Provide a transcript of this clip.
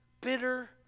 bitter